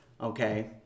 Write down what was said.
Okay